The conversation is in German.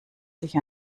sich